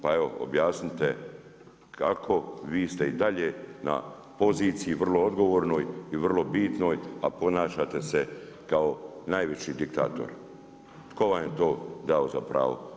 Pa evo, objasnite, kako vi ste i dalje na poziciji vrlo odgovornoj i vrlo bitnoj, a ponašate se kao najveći diktator, tko vam je to dao za pravo?